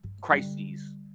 crises